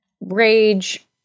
rage